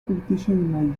politician